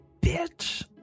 Bitch